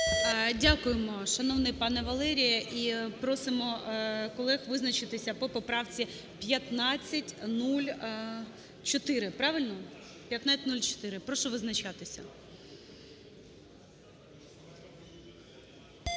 Дякуємо, шановний пане Валерію. І просимо колег визначитися по поправці 1504. Правильно? 1504. Прошу визначатися.